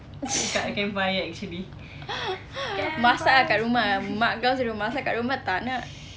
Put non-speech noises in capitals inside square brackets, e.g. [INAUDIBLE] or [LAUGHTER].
[NOISE] [LAUGHS] masak ah kat rumah mak kau suruh masak kat rumah tak nak